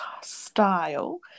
style